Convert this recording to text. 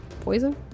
poison